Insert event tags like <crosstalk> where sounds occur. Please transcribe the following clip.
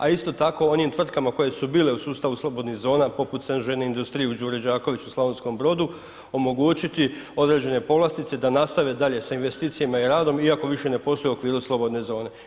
A isto tako onim tvrtkama koje su bile u sustavu slobodnih zona poput ... <unintelligible> industrije u Đuri Đakoviću u Slavonskom Brodu omogućiti određene povlastice da nastave dalje sa investicijama i radom iako više ne posluje u okviru slobodne zone.